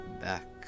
back